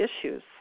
issues